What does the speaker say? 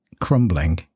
crumbling